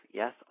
yes